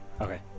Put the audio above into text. Okay